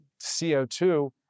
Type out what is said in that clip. CO2